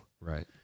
Right